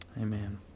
Amen